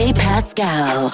pascal